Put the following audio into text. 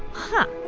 huh.